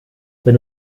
wenn